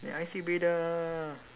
aiseh bedah